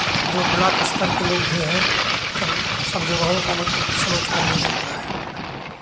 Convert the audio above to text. जो ब्लॉक स्तर के लोग भी हैं सब सब जगहों का मतलब समाचार मिल जाता है